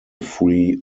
free